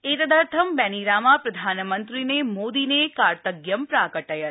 एतदर्थ बैनीरामा प्रधानमन्त्रिणे मोदिने कार्तज्ञ प्राकटयत्